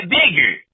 bigger